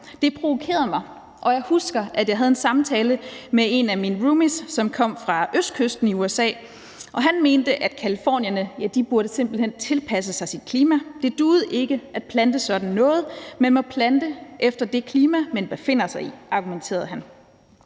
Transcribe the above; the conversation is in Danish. Det provokerede mig. Og jeg husker, at jeg havde en samtale med en af mine roomies, som kom fra østkysten i USA, og han mente, at californierne simpelt hen burde tilpasse sig deres klima. Det duer ikke at plante sådan noget, og man må plante efter det klima, man befinder sig i, argumenterede han.